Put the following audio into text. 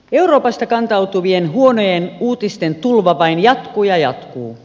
euroopasta kantautuvien huonojen uutisten tulva vain jatkuu ja jatkuu